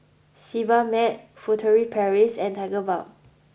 Sebamed Furtere Paris and Tigerbalm